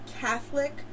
Catholic